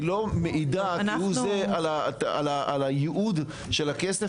לא מעידה כהוא זה על הייעוד של הכסף,